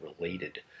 related